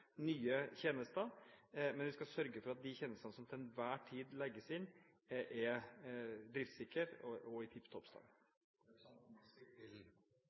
nye tjenester, men vi skal sørge for at de tjenestene som til enhver tid legges inn, er driftssikre og i